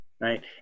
right